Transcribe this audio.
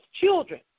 children